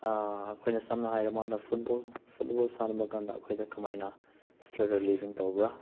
ꯑꯩꯈꯣꯏꯅ ꯁꯝꯅ ꯍꯥꯏꯔꯕ ꯀꯥꯟꯗ ꯐꯨꯠꯕꯣꯜ ꯐꯨꯠꯕꯣꯜ ꯁꯥꯟꯅꯕ ꯀꯥꯟꯗ ꯑꯩꯈꯣꯏꯗ ꯀꯃꯥꯏꯅ ꯏꯁꯇ꯭ꯔꯦꯁ ꯔꯤꯂꯤꯕꯤꯡ ꯇꯧꯕ꯭ꯔꯥ